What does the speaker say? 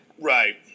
Right